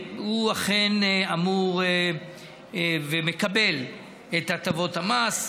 הוא אכן אמור לקבל את הטבות המס.